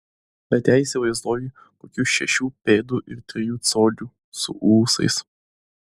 bet ją įsivaizduoju kokių šešių pėdų ir trijų colių su ūsais